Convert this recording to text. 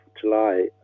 July